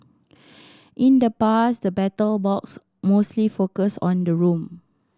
in the past the Battle Box mostly focused on the room